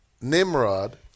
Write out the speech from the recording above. Nimrod